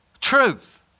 Truth